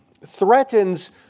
threatens